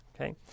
Okay